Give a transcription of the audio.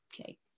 Okay